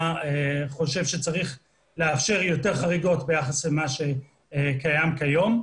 חושב שצריך לאפשר יותר חריגות ביחס למה שקיים כיום.